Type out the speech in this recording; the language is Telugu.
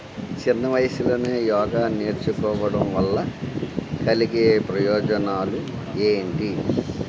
చిన్న వయసులోనే యోగా నేర్చుకోవడం వల్ల కలిగే ప్రయోజనాలు ఏంటి